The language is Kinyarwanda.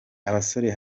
abasore